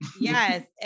Yes